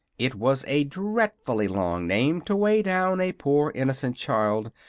it was a dreadfully long name to weigh down a poor innocent child,